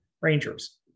Rangers